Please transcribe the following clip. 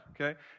okay